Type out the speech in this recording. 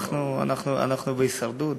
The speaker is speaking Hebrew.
אנחנו בהישרדות,